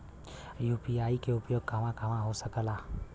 UPI के उपयोग कहवा कहवा हो सकेला?